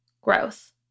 growth